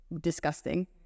disgusting